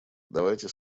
давайте